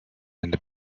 into